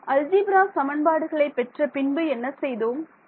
நாம் அல்ஜிப்ரா சமன்பாடுகளை பெற்ற பின்பு என்ன செய்தோம்